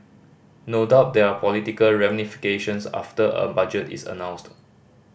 no doubt there are political ramifications after a budget is announced